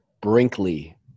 Brinkley